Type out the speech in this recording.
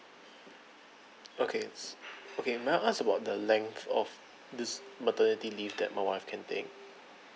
okay okay may I ask about the length of this maternity leave that my wife can take